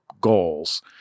goals